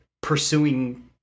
pursuing